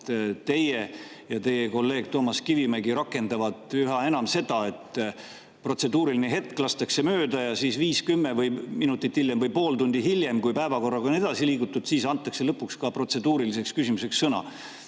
teie ja teie kolleeg Toomas Kivimägi rakendate üha enam seda, et protseduuriline hetk lastakse mööda ja siis viis-kümme minutit või pool tundi hiljem, kui päevakorraga on edasi liigutud, antakse lõpuks ka protseduuriliseks küsimuseks sõna.